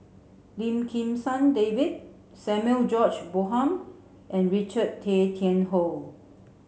Lim Kim San David Samuel George Bonham and Richard Tay Tian Hoe